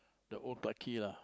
the old Clarke-Quay lah